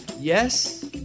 Yes